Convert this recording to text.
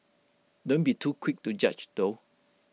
don't be too quick to judge though